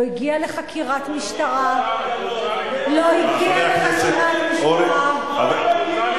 לא הגיע לחקירת משטרה, רב הכיבוש.